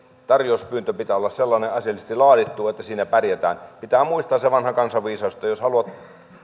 tarjouspyynnön pitää olla sellainen asiallisesti laadittu että siinä pärjätään pitää muistaa se vanha kansanviisaus että jos haluat